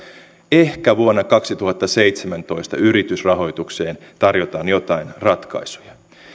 ehkä vuonna kaksituhattaseitsemäntoista yritysrahoitukseen tarjotaan joitain ratkaisuja